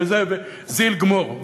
ובזה זיל גמור,